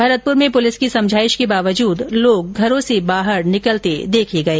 भरतपुर में पुलिस की समझाइश के बावजूद लोग घरों से बाहर निकलते देखे गए